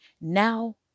Now